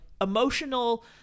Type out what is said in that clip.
emotional